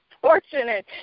fortunate